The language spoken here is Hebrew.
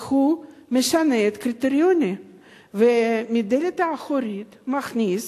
שהוא משנה את הקריטריונים ובדלת האחורית מכניס